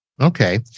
Okay